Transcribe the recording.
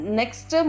next